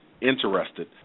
interested